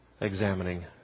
examining